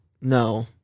No